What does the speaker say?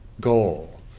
goal